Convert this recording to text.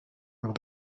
lors